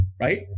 Right